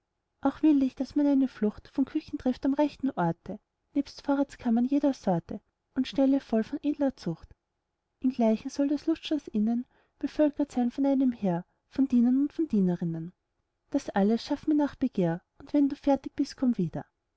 auch will ich daß man eine flucht von küchen trifft am rechten orte nebst vorratskammern jeder sorte und ställe voll von edler zucht ingleichen soll das lustschloß innen bevölkert sein mit einem heer von dienern und von dienerinnen das alles schaff mir nach begehr und wenn du fertig bist komm wieder